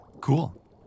Cool